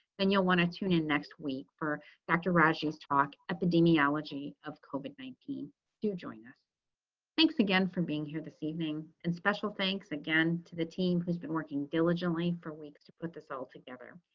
then you'll want to tune in next week for dr. rajiv talk epidemiology of kobe nineteen do join thanks again for being here this evening. and special thanks again to the team who's been working diligently for weeks to put this all together.